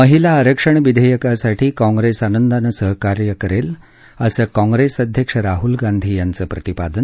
महिला आरक्षण विधेयकासाठी काँप्रेस आनंदानं सहकार्य करेल असं काँप्रेस अध्यक्ष राहल गांधी यांचं प्रतिपादन